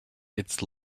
its